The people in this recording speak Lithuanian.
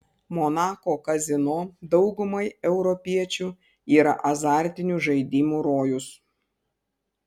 monako kazino daugumai europiečių yra azartinių žaidimų rojus